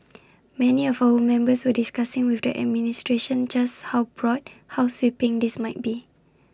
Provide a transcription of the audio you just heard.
many of our members were discussing with the administration just how broad how sweeping this might be